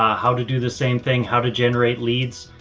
ah how to do the same thing, how to generate leads,